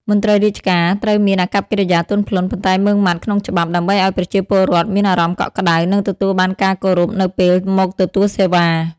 មន្ត្រីរាជការត្រូវមានអាកប្បកិរិយាទន់ភ្លន់ ប៉ុន្តែម៉ឺងម៉ាត់ក្នុងច្បាប់ ដើម្បីឱ្យប្រជាពលរដ្ឋមានអារម្មណ៍កក់ក្តៅ និងទទួលបានការគោរពនៅពេលមកទទួលសេវា។